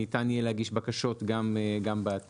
שניתן יהיה להגיש בקשות גם בעתיד.